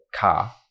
car